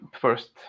first